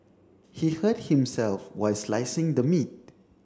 he hurt himself while slicing the meat